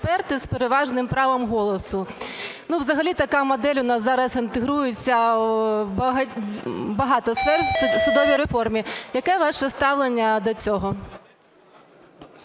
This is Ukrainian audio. з переважним правом голосу. Ну, взагалі така модель у нас зараз інтегрується в багато сфер в судовій реформі. Яке ваше ставлення до цього?